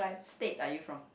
state are you from